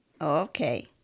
Okay